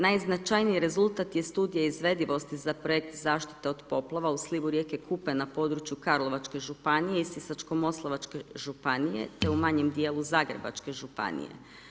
Najznačajnim rezultat je studije izvedivosti za projekt zaštite od poplava u slivu rijeke Kupe na području Karlovačke županije i Sisačko moslavačke županije, te u manjem dijelu Zagrebačke županije.